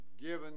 given